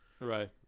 Right